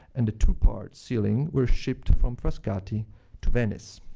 and the two-part ceiling were shipped from frascati to venice.